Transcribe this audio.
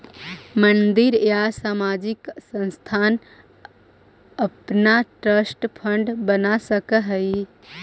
मंदिर या सामाजिक संस्थान अपना ट्रस्ट फंड बना सकऽ हई